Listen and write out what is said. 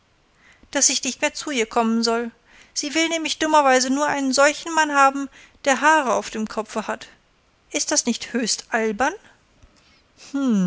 daß ich nicht mehr zu ihr kommen soll sie will nämlich dummerweise nur einen solchen mann haben der haare auf dem kopfe hat ist das nicht höchst albern